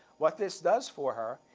what this does for her,